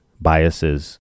biases